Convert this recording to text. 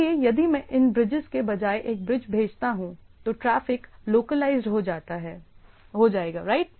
इसलिए यदि मैं इन बृजेस के बजाय एक ब्रिज भेजता हूं तो ट्रैफिक लोकलाइज्ड हो जाएगा राइट